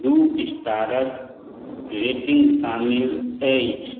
दू स्टारक रेटिंग शामिल अछि